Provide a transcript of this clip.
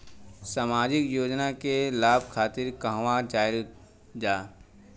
सामाजिक योजना के लाभ खातिर कहवा जाई जा?